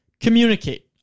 Communicate